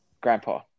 Grandpa